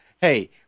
hey